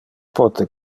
pote